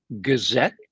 gazette